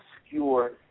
obscure